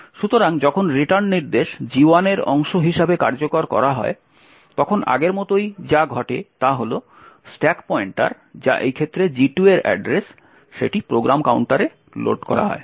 সুতরাং যখন রিটার্ন নির্দেশ G1 এর অংশ হিসাবে কার্যকর করা হয় তখন আগের মতোই যা ঘটে তা হল স্ট্যাক পয়েন্টার যা এই ক্ষেত্রে G2 এর অ্যাড্রেস প্রোগ্রাম কাউন্টারে লোড করা হয়